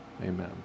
amen